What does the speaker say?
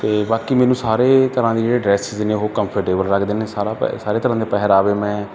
ਅਤੇ ਬਾਕੀ ਮੈਨੂੰ ਸਾਰੇ ਤਰ੍ਹਾਂ ਦੇ ਜਿਹੜੇ ਡਰੈਸਿਸ ਨੇ ਉਹ ਕੰਫਰਟੇਬਲ ਲੱਗਦੇ ਨੇ ਸਾਰਾ ਪ ਸਾਰੇ ਤਰ੍ਹਾਂ ਦੇ ਪਹਿਰਾਵੇ ਮੈਂ